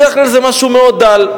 בדרך כלל זה משהו מאוד דל.